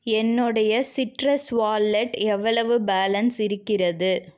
என்னுடைய Citrus wallet எவ்வளவு balance இருக்கிறது